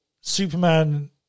Superman